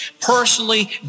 personally